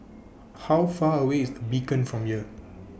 How Far away IS The Beacon from here